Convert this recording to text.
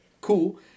Cool